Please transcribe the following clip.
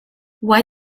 why